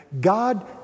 God